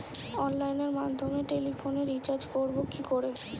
অনলাইনের মাধ্যমে টেলিফোনে রিচার্জ করব কি করে?